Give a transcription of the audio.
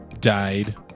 died